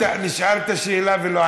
נשאלת שאלה ולא ענית.